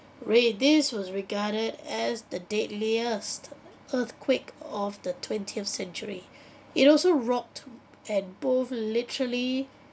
re~ this was regarded as the deadliest earthquake of the twentieth century it also rocked at both literally